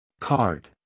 Card